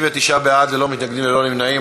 39 בעד, אין מתנגדים ואין נמנעים.